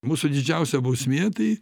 mūsų didžiausia bausmė tai